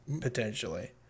potentially